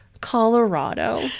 Colorado